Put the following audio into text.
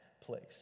place